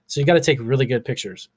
so, you've got to take really good pictures.